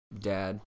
dad